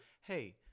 hey